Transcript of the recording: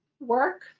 work